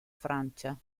francia